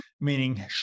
meaning